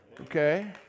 Okay